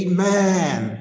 Amen